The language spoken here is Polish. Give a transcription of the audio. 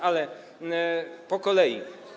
Ale po kolei.